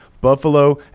Buffalo